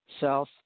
south